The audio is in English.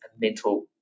mental